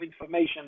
information